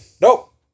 Nope